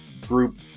group